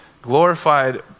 Glorified